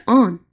on